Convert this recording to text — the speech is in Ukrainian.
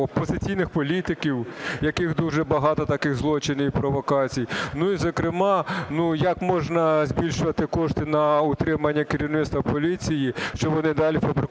опозиційних політиків, яких дуже багато таких злочинів і провокацій. Ну, і зокрема, як можна збільшувати кошти на утримування керівництва поліції, щоб вони далі фабрикували